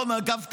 לא נקבת בשמו,